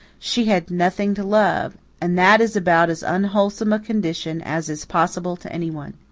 she had nothing to love, and that is about as unwholesome a condition as is possible to anyone.